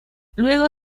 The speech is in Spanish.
luego